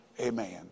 Amen